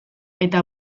eta